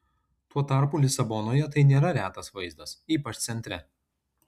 tuo tarpu lisabonoje tai nėra retas vaizdas ypač centre